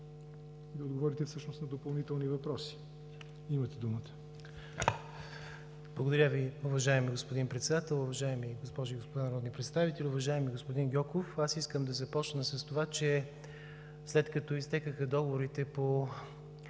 и да отговорите всъщност на допълнителните въпроси. Имате думата.